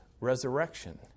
resurrection